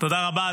--- תודה רבה.